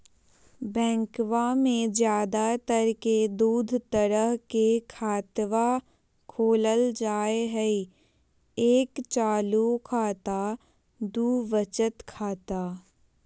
बैंकवा मे ज्यादा तर के दूध तरह के खातवा खोलल जाय हई एक चालू खाता दू वचत खाता